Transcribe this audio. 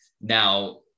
Now